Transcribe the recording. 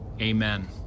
amen